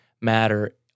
matter